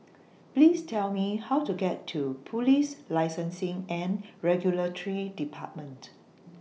Please Tell Me How to get to Police Licensing and Regulatory department